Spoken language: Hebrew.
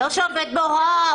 לא שעובד בהוראה.